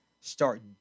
start